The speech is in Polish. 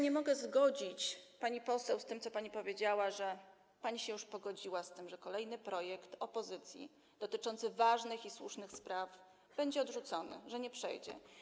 Nie mogę się zgodzić, pani poseł, z tym, co pani powiedziała, że pani już się pogodziła z tym, iż kolejny projekt opozycji dotyczący ważnych i słusznych spraw będzie odrzucony, że nie przejdzie.